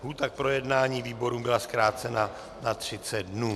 Lhůta k projednání výborům byla zkrácena na 30 dnů.